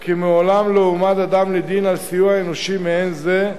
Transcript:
כי מעולם לא הועמד אדם לדין על סיוע אנושי מעין זה,